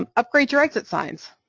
um upgrade your exit signs,